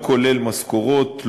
לא כולל משכורות,